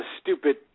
stupid